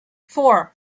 four